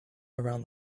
around